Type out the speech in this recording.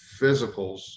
physicals